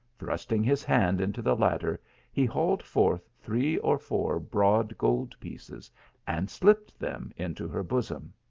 thrusting his hand into the latter he hauled forth three or four broad gold pieces and slipped them into her bosom.